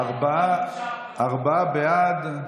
ארבעה בעד,